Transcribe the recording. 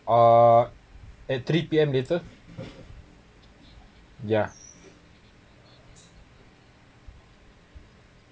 uh at three P_M later ya